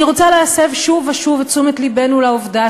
אני רוצה להסב שוב ושוב את תשומת לבנו לעובדה